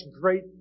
great